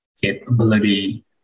capability